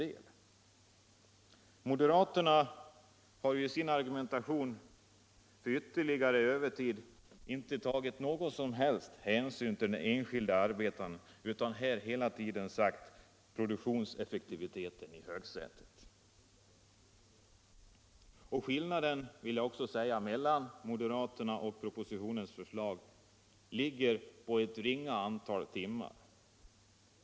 Men moderaterna har i sin argumentation för ytterligare övertid inte i något som helt avseende tagit hänsyn till den enskilde arbetaren utan satt produktionseffektiviteten i högsätet. Skillnaden mellan moderaternas och propositionens förslag är också ett ringa antal timmar.